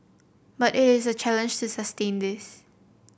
but it is a challenge to sustain this